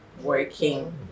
working